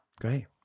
Great